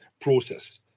process